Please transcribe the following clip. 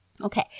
Okay